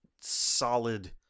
solid